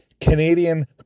Canadian